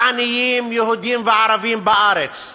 לעניים, יהודים וערבים, בארץ,